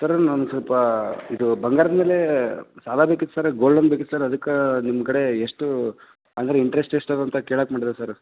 sir ನಮಗ ಸ್ವಲ್ಪ ಇದು ಬಂಗಾರದ ಮೇಲೆ ಸಾಲ ಬೇಕಿತ್ತು ಸರ ಗೋಲ್ಡ್ ಲೋನ್ ಬೇಕಿತ್ತು ಸರ್ ಅದಕ್ಕೆ ನಿಮ್ಮ ಕಡೆ ಎಷ್ಟು ಅಂದ್ರೆ ಇಂಟರೆಸ್ಟ್ ಎಷ್ಟು ಅದ ಅಂತ ಕೇಳಾಕ ಮಾಡಿದೆ ಸರ